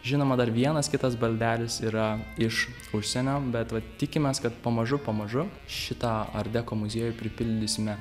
žinoma dar vienas kitas baldelis yra iš užsienio bet vat tikimės kad pamažu pamažu šitą art deko muziejų pripildysime